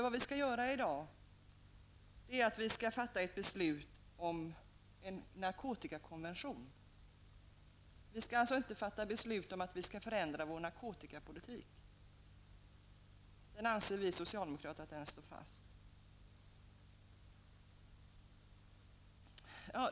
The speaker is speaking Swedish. Vi skall i dag fatta ett beslut om en narkotikakonvention. Vi skall inte fatta beslut om att förändra vår narkotikapolitik. Vi socialdemokrater anser att den står fast.